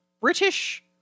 british